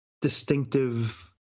distinctive